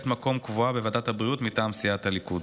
מקום קבועה בוועדת הבריאות מטעם סיעת הליכוד.